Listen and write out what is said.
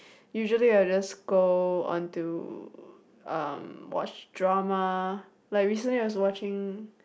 usually I will just go on to um watch drama like recently I was watching